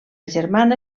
germana